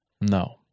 No